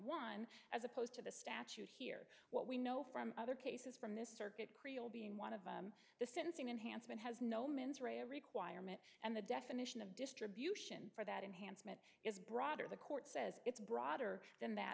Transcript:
one as opposed to the statute here what we know from other cases from this circuit kriol being one of the sentencing enhancement has no means or a requirement and the definition of distribution for that enhancement is broader the court says it's broader than that